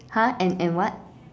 !huh! and and what